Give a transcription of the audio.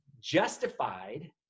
justified